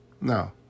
No